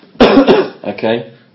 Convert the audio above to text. Okay